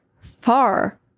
far